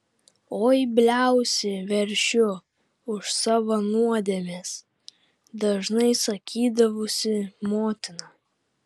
oi bliausi veršiu už savo nuodėmes dažnai sakydavusi motina